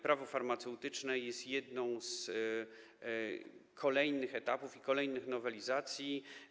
Prawo farmaceutyczne jest jednym z kolejnych etapów, jedną z kolejnych nowelizacji.